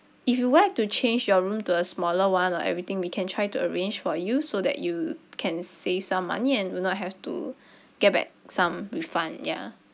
if you like to change your room to a smaller [one] or everything we can try to arrange for you so that you can save some money and do not have to get back some refund ya